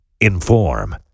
inform